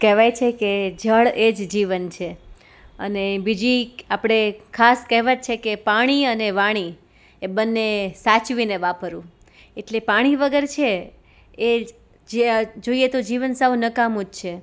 કહેવાય છે કે જળ એ જ જીવન છે અને બીજી આપણી ખાસ કહેવત છે કે પાણી અને વાણી એ બંને સાચવીને વાપરવાં એટલે પાણી વગર છે એ જ જે જોઈયે તો જીવન સાવ નકામું જ છે